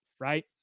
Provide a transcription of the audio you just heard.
Right